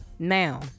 Now